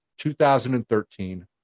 2013